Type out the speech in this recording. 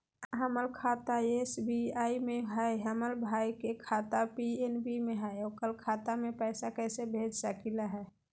हमर खाता एस.बी.आई में हई, हमर भाई के खाता पी.एन.बी में हई, ओकर खाता में पैसा कैसे भेज सकली हई?